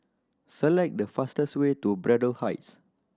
select the fastest way to Braddell Heights